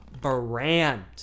brand